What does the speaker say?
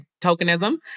tokenism